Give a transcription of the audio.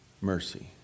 mercy